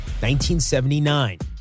1979